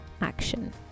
action